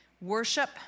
Worship